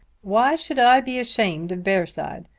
why should i be ashamed of bearside?